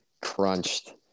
crunched